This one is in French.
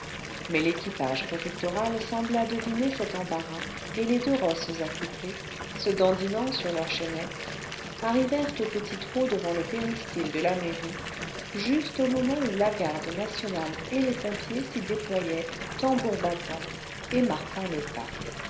mais l'équipage préfectoral sembla deviner cet embarras et les deux rosses accouplées se dandinant sur leur chaînette arrivèrent au petit trot devant le péristyle de la mairie juste au moment où la garde nationale et les pompiers s'y déployaient tambour battant et marquant le pas